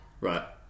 Right